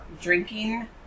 drinking